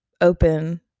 open